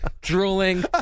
drooling